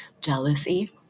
Jealousy